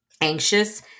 anxious